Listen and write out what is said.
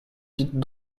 dites